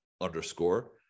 underscore